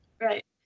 Right